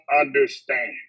understand